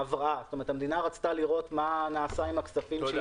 - המדינה רצתה לראות מה נעשה עם הכספים.